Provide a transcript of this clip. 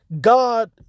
God